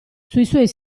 sistemi